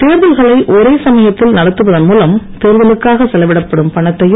தேர்தல்களை ஒரே சமயத்தில் நடத்துவதன் மூலம் தேர்தலுக்காக செலவிடப்படும் பணத்தையும்